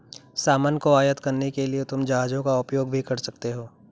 सामान को आयात करने के लिए तुम जहाजों का उपयोग भी कर सकते हो